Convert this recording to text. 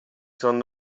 son